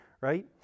right